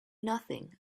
nothing